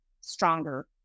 stronger